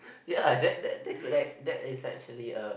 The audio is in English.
ya that that that could ac~ that is actually a